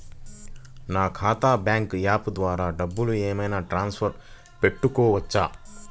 నా ఖాతా bank app ద్వారా డబ్బులు ఏమైనా ట్రాన్స్ఫర్ పెట్టుకోవచ్చా?